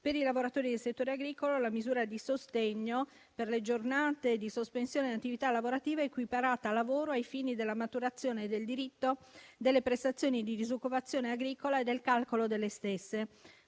Per i lavoratori del settore agricolo la misura di sostegno per le giornate di sospensione delle attività lavorative è equiparata a lavoro ai fini della maturazione del diritto delle prestazioni di disoccupazione agricola e del calcolo delle stesse.